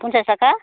फनसास थाखा